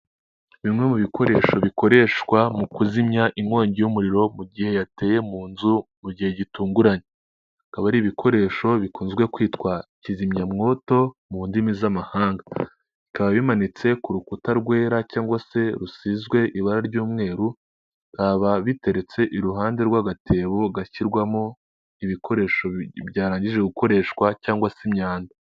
Bimwe mu bikoresho bikoreshwa mu kuzimya inkongi y'umuriro mu gihe yateye mu nzu mu gihe gitunguranye, akaba ari ibikoresho bikunzezwe kwitwa kizimyamwoto mu ndimi z'amahanga, bikaba bimanitse ku rukuta rwera cyangwag se rusizwe ibara ry'umweru byaba biteretse iruhande rw'agatebo gashyirwamo ibikoresho byarangije gukoreshwa cyangwa se imyanda.